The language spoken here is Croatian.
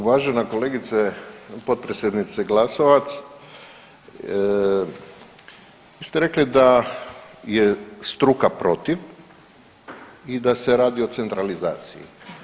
Uvažena kolegice, potpredsjednice Glasovac vi ste rekli da je struka protiv i da se radi o centralizaciji.